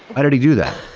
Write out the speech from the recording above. why did he do that?